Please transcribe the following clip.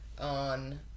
on